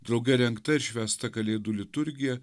drauge rengta ir švęsta kalėdų liturgija